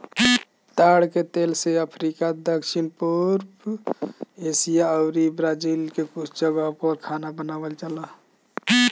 ताड़ के तेल से अफ्रीका, दक्षिण पूर्व एशिया अउरी ब्राजील के कुछ जगह पअ खाना बनावल जाला